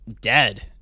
dead